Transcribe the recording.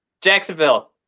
Jacksonville